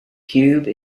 cube